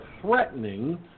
threatening